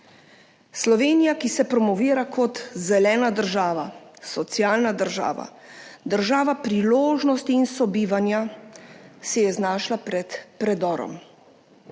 Slovenija, ki se promovira kot zelena država, socialna država, država priložnosti in sobivanja, se je znašla pred predorom.